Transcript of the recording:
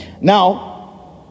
now